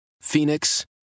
Phoenix